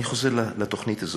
אני חוזר לתוכנית הזאת.